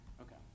Okay